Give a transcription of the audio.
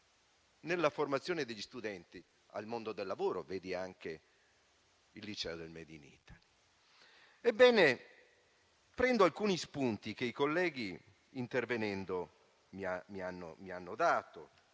nella formazione degli studenti al mondo del lavoro (si veda anche il liceo del *made in Italy*). Ebbene, prendo alcuni spunti che i colleghi intervenendo mi hanno dato,